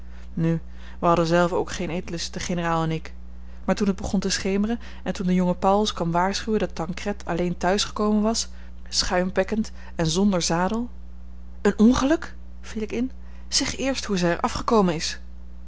nu wij hadden zelven ook geen eetlust de generaal en ik maar toen het begon te schemeren en toen de jonge pauwels kwam waarschuwen dat tancred alleen thuis gekomen was schuimbekkend en zonder zadel een ongeluk viel ik in zeg eerst hoe zij er afgekomen is